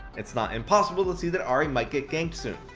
it's not impossible to see that ahri might get ganked soon.